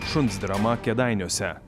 šuns drama kėdainiuose